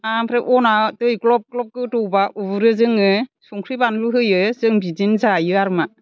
ओमफ्राय अना दै ग्लब ग्लब गोदौबा उरो जोङो संख्रि बानलु होयो जों बिदिनो जायो आरो मा